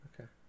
Okay